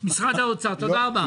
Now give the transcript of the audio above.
תודה רבה.